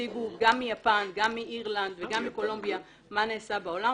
יציגו גם מיפן גם מאירלנד גם מקולומביה מה נעשה בעולם.